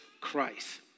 Christ